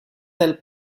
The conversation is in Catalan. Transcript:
del